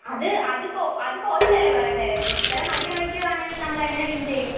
അത് അത് കോ അത് കോച്ചല്ലേ പറയണ്ടത് ഇത്തരം മടി കാണിക്കുവാണെങ്കിൽ നമ്മളെങ്ങനെ വിൻ ചെയ്യും